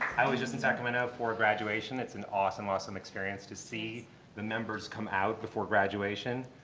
i was just in sacramento for a graduation. it's an awesome, awesome experience to see the members come out before graduation.